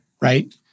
right